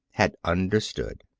had understood.